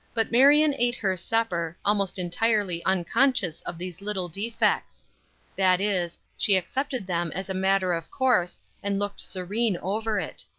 but marion ate her supper, almost entirely unconscious of these little defects that is, she accepted them as a matter of course and looked serene over it.